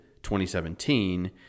2017